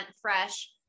fresh